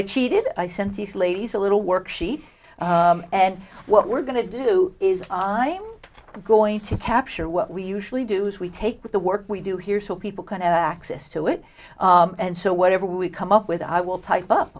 i cheated i sent these ladies a little worksheet and what we're going to do is i am going to capture what we usually do so we take the work we do here so people can access to it and so whatever we come up with i will type up